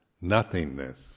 nothingness